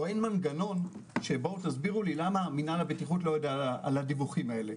או אין מנגנון שיסביר לי למה מנהל הבטיחות לא יודע על הדיווחים האלה.